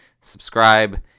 subscribe